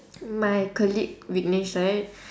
my colleague vicknesh right